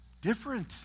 different